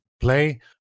play